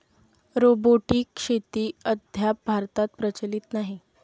robotic शेती अद्याप भारतात प्रचलित नाही